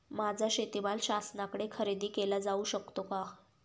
माझा शेतीमाल शासनाकडे खरेदी केला जाऊ शकतो का?